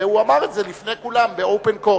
והוא אמר את זה לפני כולם, ב-open court.